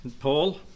Paul